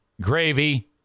gravy